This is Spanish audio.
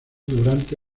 durante